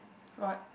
what